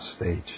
stage